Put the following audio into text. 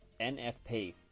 NFP